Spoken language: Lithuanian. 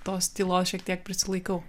tos tylos šiek tiek prisilaikau